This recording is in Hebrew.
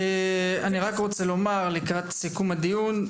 אני רק רוצה לומר לקראת סיום הדיון,